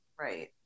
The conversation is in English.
Right